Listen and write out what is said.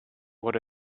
what